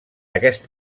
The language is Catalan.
aquest